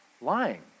lying